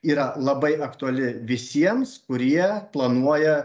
yra labai aktuali visiems kurie planuoja